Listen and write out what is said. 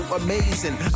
amazing